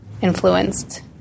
influenced